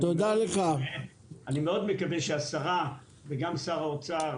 ואני מקווה מאוד שהשרה וגם שר האוצר,